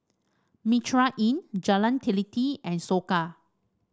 Mitraa Inn Jalan Teliti and Soka